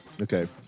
Okay